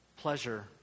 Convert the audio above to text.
pleasure